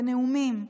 בנאומים.